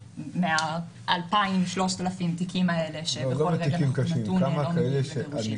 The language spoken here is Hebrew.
מה-3,000-2,000 תיקים האלה שבכל רגע נתון